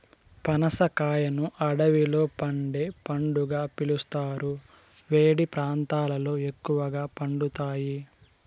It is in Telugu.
పనస కాయను అడవిలో పండే పండుగా పిలుస్తారు, వేడి ప్రాంతాలలో ఎక్కువగా పండుతాయి